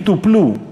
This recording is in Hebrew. יטופלו,